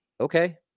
Okay